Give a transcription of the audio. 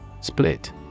Split